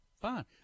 Fine